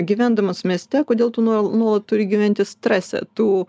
gyvendamas mieste kodėl tu nuol nuolat turi gyventi strese tu